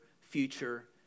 future